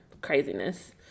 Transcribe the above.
Craziness